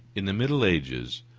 in the middle ages,